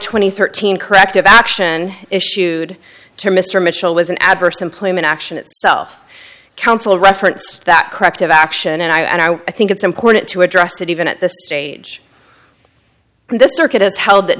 twenty third team corrective action issued to mr mitchell was an adverse employment action itself counsel reference that corrective action and i know i think it's important to address it even at this stage in the circuit has held that